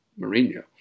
Mourinho